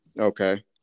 Okay